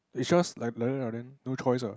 it just like like that like that no choice what